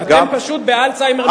אתם פשוט באלצהיימר מתקדם.